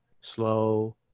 slow